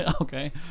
Okay